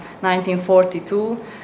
1942